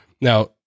Now